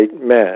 men